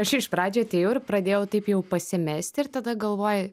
aš iš pradžią atėjau ir pradėjau taip jau pasimesti ir tada galvoju